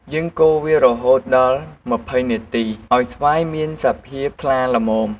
យើងកូរវាបន្តរហូតដល់២០នាទី ឱ្យស្វាយមានសភាពថ្លាល្មម។